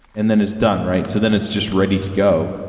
and then it's done, right? so then it's just ready to go.